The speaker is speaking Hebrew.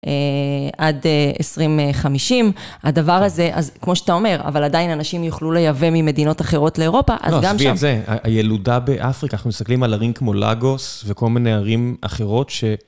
עד 2050, הדבר הזה, כמו שאתה אומר, אבל עדיין אנשים יוכלו לייבא ממדינות אחרות לאירופה, אז גם שם... עזבי את זה, הילודה באפריקה, אנחנו מסתכלים על ערים כמו לגוס וכל מיני ערים אחרות ש...